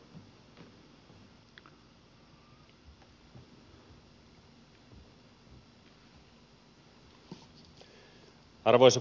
arvoisa puhemies